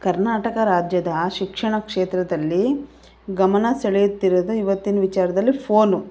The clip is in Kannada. ಕರ್ನಾಟಕ ರಾಜ್ಯದ ಶಿಕ್ಷಣ ಕ್ಷೇತ್ರದಲ್ಲಿ ಗಮನ ಸೆಳೆಯುತ್ತಿರುವುದು ಇವತ್ತಿನ ವಿಚಾರದಲ್ಲಿ ಫೋನು